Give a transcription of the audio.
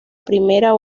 primera